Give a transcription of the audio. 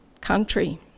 country